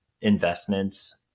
investments